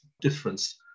difference